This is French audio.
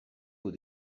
aux